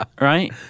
right